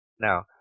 Now